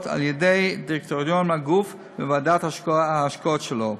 על-ידי דירקטוריון הגוף וועדת ההשקעות שלו.